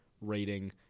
rating